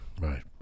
Right